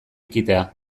ekitea